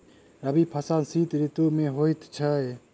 रबी फसल शीत ऋतु मे होए छैथ?